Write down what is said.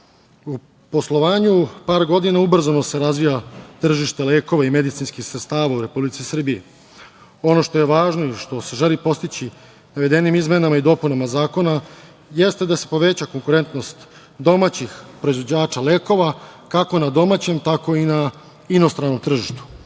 poslovanju par godina ubrzano se razvija tržište lekova i medicinskih sredstava u Republici Srbiji. Ono što je važno i što se želi postići navedenim izmenama i dopunama zakona jeste da se poveća konkurentnost domaćih proizvođača lekova kako na domaćem, tako i na inostranom tržištu.